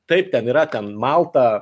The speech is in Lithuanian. taip ten yra ten malta